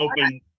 open